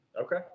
Okay